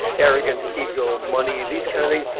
arrogance ego money these kind of things.